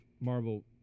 Marvel